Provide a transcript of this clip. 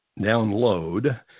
download